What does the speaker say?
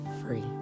free